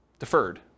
Deferred